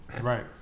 Right